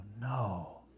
no